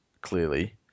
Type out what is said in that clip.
clearly